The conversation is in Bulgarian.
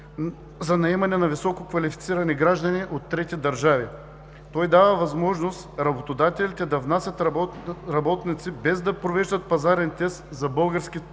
за наемане на висококвалифицирани граждани от трети държави. Той дава възможност работодателите да внасят работници без да провеждат пазарен тест за български